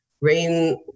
rain